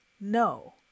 no